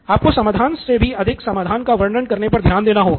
आपको समाधान से भी अधिक समाधान का वर्णन करने पर ध्यान देना होगा